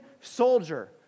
soldier